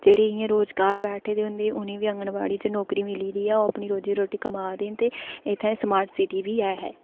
जेह्ड़ी इ'यां रोजगार बैठे दे होंदे उ'नें'गी अंगनबाड़ी च नौकरी मिली दी ऐ ओह् अपनी रोजी रुट्टी कमा दे न ते इत्थै स्मार्ट सिटी बी ऐ